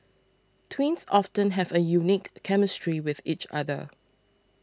twins often have a unique chemistry with each other